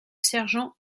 sergent